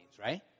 right